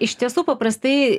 iš tiesų paprastai